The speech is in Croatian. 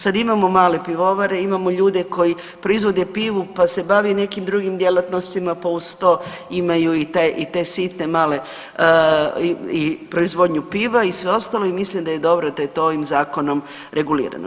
Sad imamo male pivovare, imamo ljude koji proizvode pivu pa se bave i nekim drugim djelatnostima, pa uz to imaju i taj, te sitne male i proizvodnju piva i sve ostalo i mislim da je to ovim zakonom regulirano.